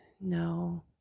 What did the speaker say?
No